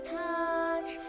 touch